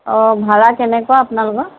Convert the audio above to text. অঁ ভাড়া কেনেকুৱা আপোনালোকৰ